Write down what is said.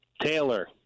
Taylor